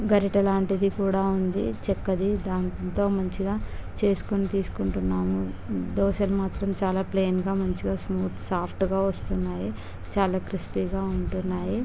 గరిట లాంటిది కూడా ఉంది చెక్కది దానితో మంచిగా చేసుకొని తీసుకుంటున్నాము దోసలు మాత్రం చాలా ప్లైన్గా మంచిగా స్మూత్గా సాఫ్ట్గా వస్తున్నాయి చాలా క్రిస్పీగా ఉంటున్నాయి